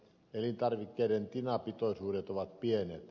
elintarvikkeiden tinapitoisuudet ovat pienet